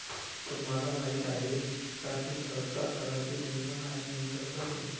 तुम्हाला माहिती आहे का की सरकार कराचे नियमन आणि नियंत्रण करते